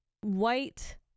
white